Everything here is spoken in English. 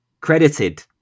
credited